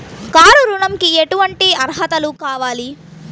Car ఋణంకి ఎటువంటి అర్హతలు కావాలి?